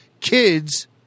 kids